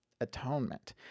atonement